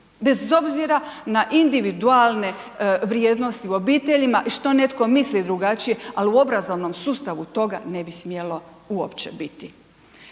bez obzira na individualnije vrijednosti u obiteljima i što netko misli drugačije ali u obrazovnom sustavu toga ne bi smjelo uopće biti.